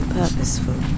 purposeful